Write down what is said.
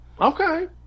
Okay